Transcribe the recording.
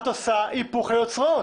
את עושה היפוך היוצרות.